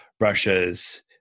Russia's